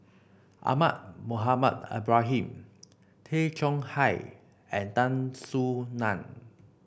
Ahmad Mohamed Ibrahim Tay Chong Hai and Tan Soo Nan